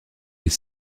est